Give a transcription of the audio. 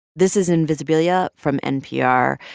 this is invisibilia from npr.